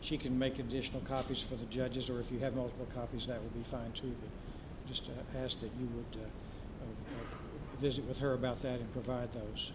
she can make additional copies for the judges or if you have multiple copies that would be fine to just ask you to visit with her about that and provide those